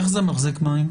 איך זה מחזיק מים?